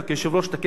לתקן את המצב,